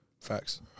Facts